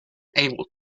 able